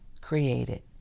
created